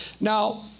Now